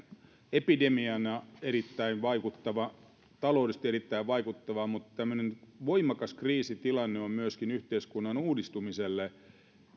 epidemiana erittäin vaikuttava taloudellisesti erittäin vaikuttava mutta tämmöinen voimakas kriisitilanne on myöskin yhteiskunnan uudistumiselle